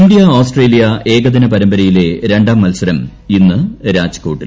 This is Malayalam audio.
ഇന്ത്യാ ഓസ്ട്രേലിയ ഏകദിന പരമ്പരയിലെ രണ്ടാം മൽസരം ഇന്ന് രാജ്കോട്ടിൽ